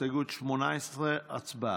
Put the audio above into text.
הסתייגות 18, הצבעה.